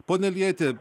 pone iljeiti